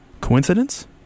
Coincidence